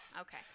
Okay